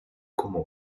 comune